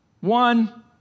One